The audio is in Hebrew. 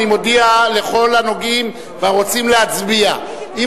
אני מודיע לכל הנוגעים והרוצים להצביע: אם